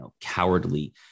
cowardly